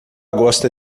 gosta